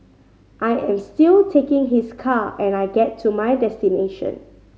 I am still taking his car and I get to my destination